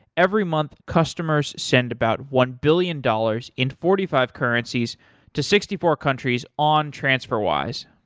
every month, customers send about one billion dollars in forty five currencies to sixty four countries on transferwise.